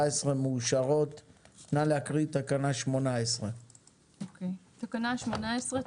17 אושרו נא להקריא את תקנה 18. תקנה 18,